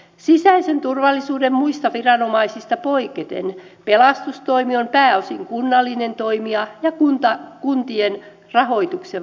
sisäisen turvallisuuden muista viranomaisista poiketen pelastustoimi on pääosin kunnallinen toimija ja kuntien rahoituksen varassa